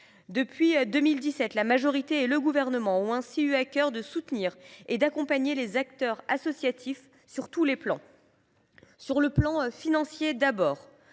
Depuis 2017, la majorité et le Gouvernement ont ainsi eu à cœur de soutenir et d’accompagner les acteurs associatifs sur tous les plans. L’État les accompagne